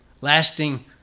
lasting